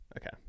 okay